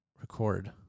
record